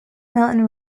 mountain